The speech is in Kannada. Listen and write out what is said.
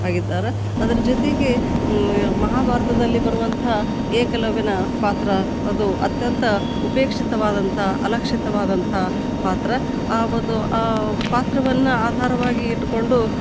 ಆಗಿದ್ದಾರೆ ಅದ್ರ ಜೊತೆಗೆ ಮಹಾಭಾರತದಲ್ಲಿ ಬರುವಂಥ ಏಕಲವ್ಯನ ಪಾತ್ರ ಅದು ಅತ್ಯಂತ ಉಪೇಕ್ಷಿತವಾದಂಥ ಅಲಕ್ಷಿತವಾದಂಥ ಪಾತ್ರ ಆ ಒಂದು ಆ ಪಾತ್ರವನ್ನು ಆಧಾರವಾಗಿ ಇಟ್ಟುಕೊಂಡು